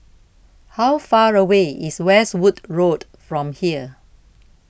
how far away is Westwood Road from here